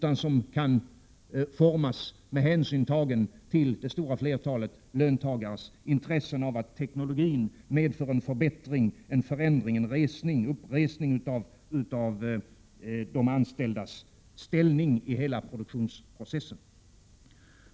I stället skall hänsyn tas till det stora flertalet löntagares intressen av att teknologin medför en förändring, en förbättrad ställning, för de anställda i hela produktionsprocessen.